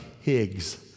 Higgs